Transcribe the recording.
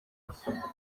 isuku